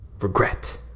regret